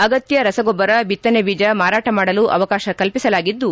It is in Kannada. ಅಗತ್ಯ ರಸಗೊಬ್ಬರ ಬಿತ್ತನೆಬೀಜ ಮಾರಾಟ ಮಾಡಲು ಅವಕಾಶ ಕಲ್ಪಿಸಲಾಗಿದ್ದು